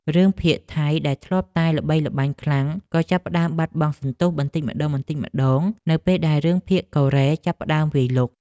រឿងភាគថៃដែលធ្លាប់តែល្បីល្បាញខ្លាំងក៏ចាប់ផ្តើមបាត់បង់សន្ទុះបន្តិចម្តងៗនៅពេលរឿងភាគកូរ៉េចាប់ផ្តើមវាយលុក។